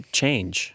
change